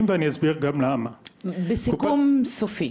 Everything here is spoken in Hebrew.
ואני אסביר גם למה --- בסיכום סופי.